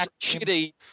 shitty